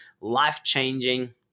life-changing